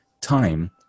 time